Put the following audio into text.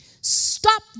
Stop